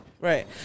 Right